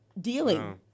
dealing